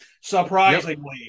surprisingly